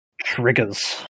triggers